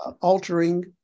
altering